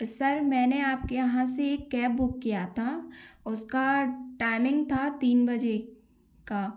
sir मैंने आपके यहाँ से एक कैब बुक किया था उसका टाइमिंग था तीन बजे का